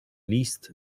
list